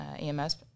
EMS